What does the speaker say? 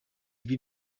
ibi